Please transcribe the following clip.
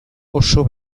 oso